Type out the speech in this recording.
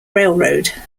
railroad